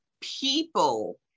people